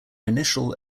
initial